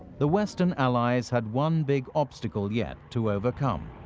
the western allies had one big obstacle yet to overcome,